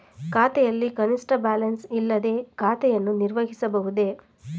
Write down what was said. ಖಾತೆಯಲ್ಲಿ ಕನಿಷ್ಠ ಬ್ಯಾಲೆನ್ಸ್ ಇಲ್ಲದೆ ಖಾತೆಯನ್ನು ನಿರ್ವಹಿಸಬಹುದೇ?